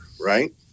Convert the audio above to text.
right